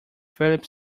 philip